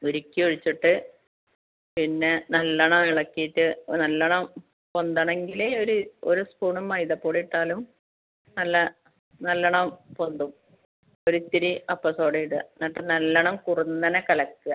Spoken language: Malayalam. ഉരുക്കി ഒഴിച്ചിട്ട് പിന്നെ നല്ലോണം എളക്കീട്ട് നല്ലോണം പൊന്തണമെങ്കിൽ ഒരു ഒരു സ്പൂണ് മൈദപ്പൊടി ഇട്ടാലും നല്ല നല്ലോണം പൊന്തും ഒരിത്തിരി അപ്പം സോഡ ഇടുക എന്നിട്ട് നല്ലോണം കുറുന്നനെ കലക്കുക